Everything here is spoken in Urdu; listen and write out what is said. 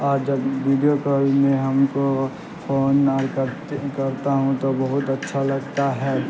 اور جب ویڈیو کال میں ہم کو فون نہ ہی کرتا ہوں تو بہت اچھا لگتا ہے